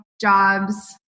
jobs